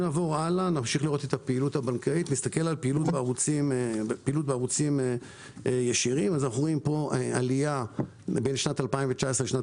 פעילות בערוצים ישירים רואים כאן עלייה בין שנת 2019 לשנת